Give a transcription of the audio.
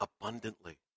abundantly